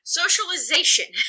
socialization